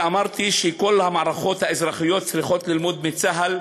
אמרתי שכל המערכות האזרחיות צריכות ללמוד מצה"ל,